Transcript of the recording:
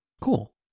cool